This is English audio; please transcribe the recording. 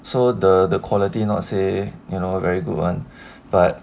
so the the quality not say you know very good [one] but